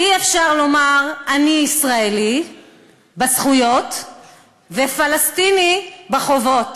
אי-אפשר לומר: אני ישראלי בזכויות ופלסטיני בחובות.